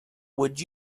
would